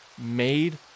made